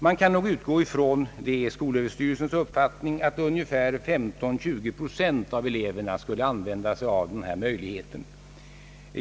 Man kan nog utgå ifrån — det är skolöverstyrelsens uppfattning — att ungefär 15—20 procent av eleverna skulle använda sig av den möjligheten.